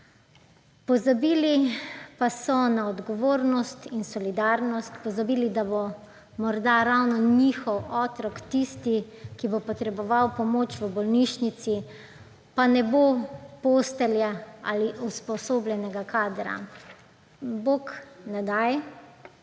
Pozabili pa so na odgovornost in solidarnost, pozabili, da bo morda ravno njihov otrok tisti, ki bo potreboval pomoč v bolnišnici, pa ne bo postelje ali usposobljenega kadra. Bog ne daj,